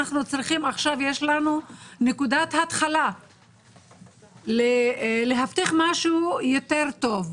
יש לנו עכשיו נקודת התחלה להבטיח משהו יותר טוב.